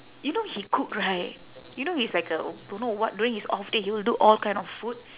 you know he cook right you know he's like a don't know what during his off day he will do all kind of food